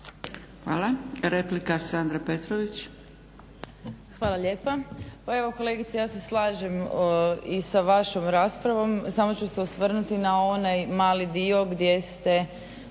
Jakovina, Sandra (SDP)** Hvala lijepa. Pa evo kolegice ja se slažem i sa vašom raspravom. Samo ću se osvrnuti na onaj mali dio gdje ste